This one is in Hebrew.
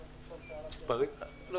הזמן.